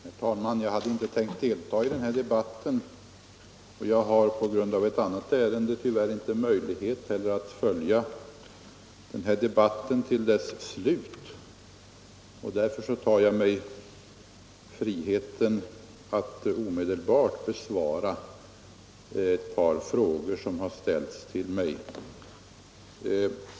Herr talman! Jag hade inte tänkt delta i den här debatten, och jag har på grund av ett annat ärende tyvärr inte heller möjlighet att följa debatten till dess slut. Jag tar mig emellertid friheten att omedelbart besvara ett par frågor som har ställts till mig.